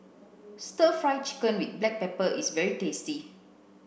stir fry chicken with black pepper is very tasty